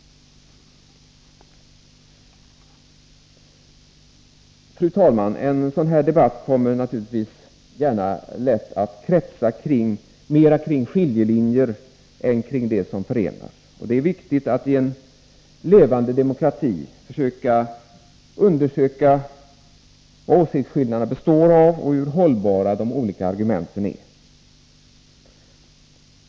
Fru talman! En sådan här debatt kommer naturligtvis gärna lätt att kretsa mer kring skiljelinjer än kring det som förenar. Det är viktigt att i en levande demokrati försöka undersöka vad åsiktsskillnaderna består i och hur hållbara de olika argumenten är.